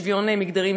שוויון מגדרי,